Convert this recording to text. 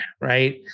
right